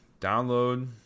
Download